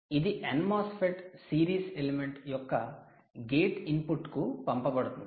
ఇది 'n MOSFET' series element యొక్క gate ఇన్పుట్కు పంపబడుతుంది